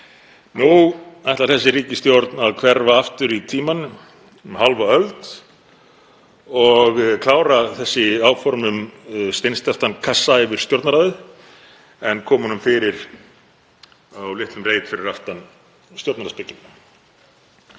Nú ætlar þessi ríkisstjórn að hverfa aftur í tímann um hálfa öld og klára þessi áform um steinsteyptan kassa yfir Stjórnarráðið en koma honum fyrir á litlum reit fyrir aftan Stjórnarráðsbygginguna.